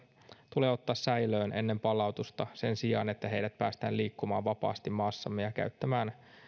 tulee ottaa säilöön ennen palautusta sen sijaan että heidät päästetään liikkumaan vapaasti maassamme ja käyttämään